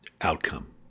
Outcome